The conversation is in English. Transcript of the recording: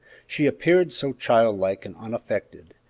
she appeared so childlike and unaffected,